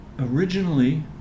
originally